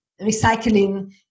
recycling